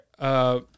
right